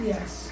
Yes